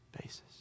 basis